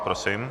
Prosím.